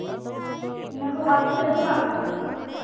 ᱤᱱᱟᱹ ᱠᱚ ᱵᱟᱫ ᱠᱟᱛᱮᱜ ᱫᱚ ᱵᱟᱝ